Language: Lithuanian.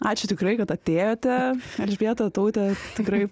ačiū tikrai kad atėjote elžbieta taute tikrai